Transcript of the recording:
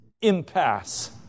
impasse